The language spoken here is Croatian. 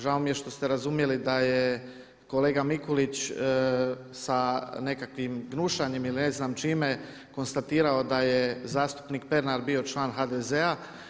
Žao mi je što ste razumjeli da je kolega Mikulić sa nekakvim gnušanjem ili ne znam čime konstatirao da je zastupnik Pernar bio član HDZ-a.